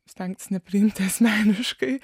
stengtis nepriimti asmeniškai